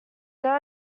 there